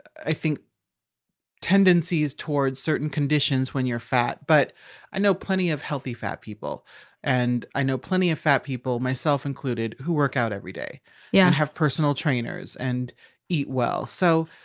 i think tendencies towards certain conditions when you're fat, but i know plenty of healthy fat people and i know plenty of fat people, myself included, who workout every day yeah and have personal trainers and eat well. so,